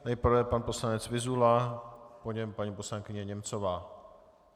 Nejprve pan poslanec Vyzula, po něm paní poslankyně Němcová.